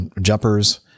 jumpers